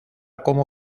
como